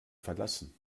verlassen